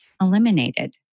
eliminated